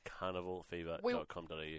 carnivalfever.com.au